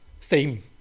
theme